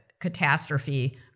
catastrophe